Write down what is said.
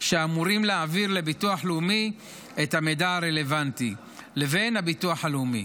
שאמורים להעביר לביטוח לאומי את המידע הרלוונטי לבין הביטוח הלאומי.